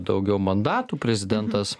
daugiau mandatų prezidentas